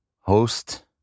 host